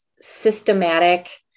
systematic